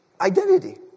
identity